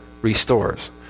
restores